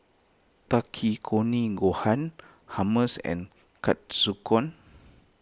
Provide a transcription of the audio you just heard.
Takikomi Gohan Hummus and